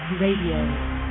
Radio